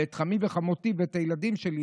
ואת חמי וחמותי ואת הילדים שלי,